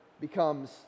becomes